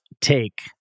take